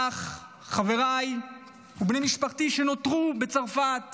אך חבריי ובני משפחתי שנותרו בצרפת